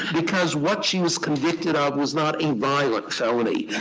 because what she was convicted of was not a violent felony.